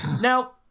Now